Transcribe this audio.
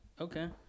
Okay